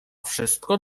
wszystko